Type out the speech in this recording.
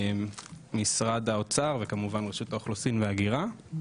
משרד האוצר וכמובן רשות האוכלוסין וההגירה,